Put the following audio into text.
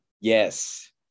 yes